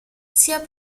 sia